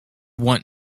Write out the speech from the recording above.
want